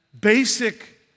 basic